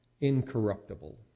incorruptible